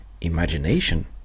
imagination